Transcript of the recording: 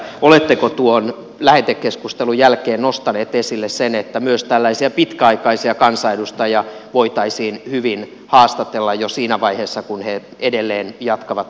oletteko tuon lähetekeskustelun jälkeen nostaneet esille sen että myös tällaisia pitkäaikaisia kansanedustajia voitaisiin hyvin haastatella jo siinä vaiheessa kun he edelleen jatkavat merkittävää valtiopäivämiestyötään